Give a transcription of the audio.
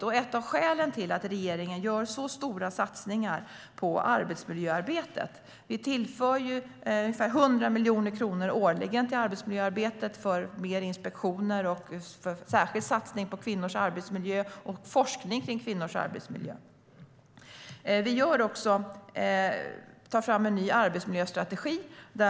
Det är ett av skälen till att regeringen gör så stora satsningar på arbetsmiljöarbetet. Vi tillför ungefär 100 miljoner kronor årligen till arbetsmiljöarbetet för mer inspektioner, med en särskild satsning på kvinnors arbetsmiljö och forskning kring kvinnors arbetsmiljö. Vi tar också fram en ny arbetsmiljöstrategi.